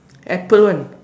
apple one